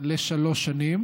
לשלוש שנים